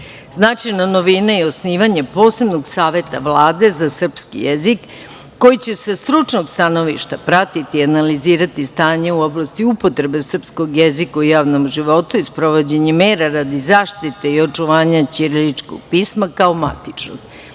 novina je osnivanje posebnog saveta Vlade za srpski jezik, koji će sa stručnog stanovništva pratiti i analizirati stanje u oblasti upotrebe srpskog jezika u javnom životu i sprovođenje mera radi zaštite i očuvanja ćiriličkog pisma kao matičnog.